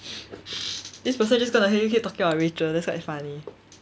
this person just gonna hear you keep talking about rachel that's quite funny